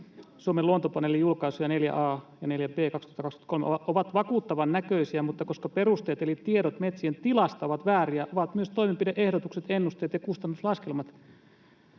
Suomen Luontopaneelin julkaisuja 4A/2023 ja 4B/2023, ovat vakuuttavan näköisiä, mutta koska perusteet eli tiedot metsien tilasta ovat vääriä, ovat myös toimenpide-ehdotukset, ennusteet ja kustannuslaskelmat”,